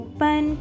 Open